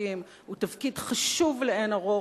בבית-המחוקקים הוא תפקיד חשוב לאין ערוך.